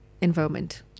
environment